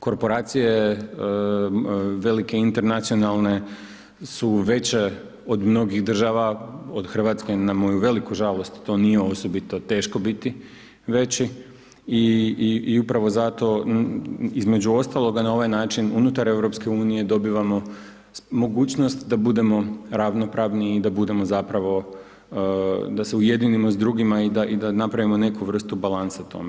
Korporacije velike internacionalne su veće od mnogih država od Hrvatske na moju veliku žalost, to nije osobito teško biti, veći, i upravo zato između ostaloga na ovaj način unutar EU dobivamo mogućnost da budemo ravnopravni i da budemo zapravo da se ujedinimo s drugima i da napravimo neku vrstu balansa tome.